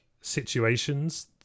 situations